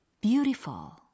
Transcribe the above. Beautiful